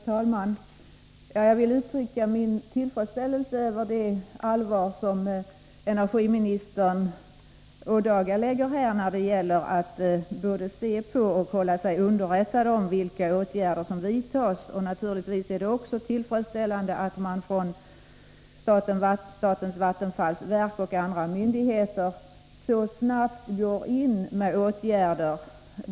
Herr talman! Jag vill uttrycka min tillfredsställelse över att energiministern ser med allvar på det inträffade och att hon visar intresse för att hålla sig underrättad om vilka åtgärder som vidtas. Naturligtvis är det också tillfredsställande att statens vattenfallsverk och andra myndigheter så snabbt vidtar åtgärder.